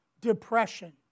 depression